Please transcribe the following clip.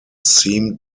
seem